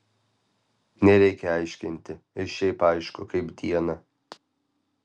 nereikia aiškinti ir šiaip aišku kaip dieną